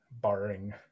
barring